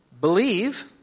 believe